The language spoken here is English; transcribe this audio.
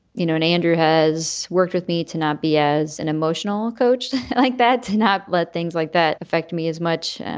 you know, and andrew has worked with me to not be as an emotional coach like that, to not let things like that affect me as much.